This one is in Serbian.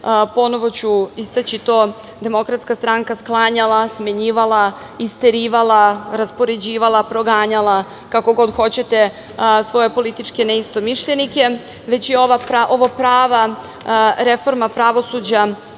ponovo ću istaći to, Demokratska stranka sklanjala, smenjivala, isterivala, raspoređivala, proganjala, kako god hoćete, svoje političke neistomišljenike, već je ovo prava reforma pravosuđa,